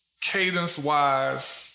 cadence-wise